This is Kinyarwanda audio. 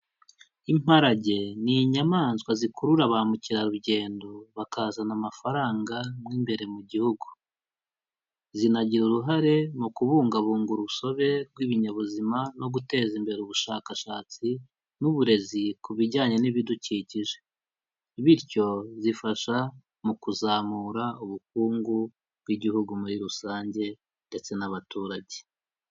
Imparage ni inyamaswa zikurura ba mukerarugendo bakazana amafaranga mo imbere mu gihugu, zinagira uruhare mu kubungabunga urusobe rw'ibinyabuzima no guteza imbere ubushakashatsi n'uburezi ku bijyanye n'ibidukikije, bityo zifasha mu kuzamura ubukungu bw'igihugu muri rusange ndetse n'abaturage.